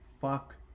Fuck